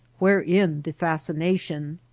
wherein the fascination?